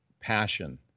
passion